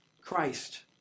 Christ